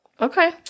Okay